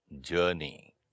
journey